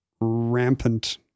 rampant